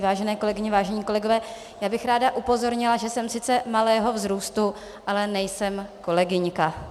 Vážené kolegyně, vážení kolegové, já bych ráda upozornila, že jsem sice malého vzrůstu, ale nejsem kolegyňka.